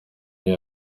yari